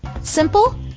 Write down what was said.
Simple